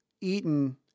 Eaton